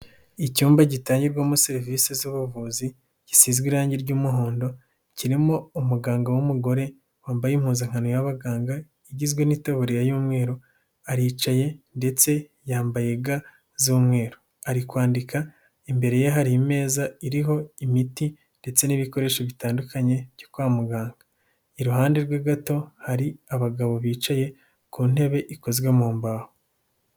Icyumba gitangirwamo serivise z'ubuvuzi gisizwe irangi ry'umuhondo, kirimo umuganga w'umugore wambaye impuzankano y'abaganga igizwe n'itaburiya y'umweru, aricaye ndetse yambaye ga z'umweru ari kwandika, imbere ye hari imeza iriho imiti ndetse n'ibikoresho bitandukanye byo kwa muganga, iruhande rwe gato hari abagabo bicaye ku ntebe ikozwe mu mbaho.